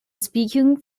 speaking